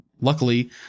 luckily